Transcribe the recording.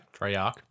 Treyarch